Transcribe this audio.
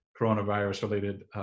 coronavirus-related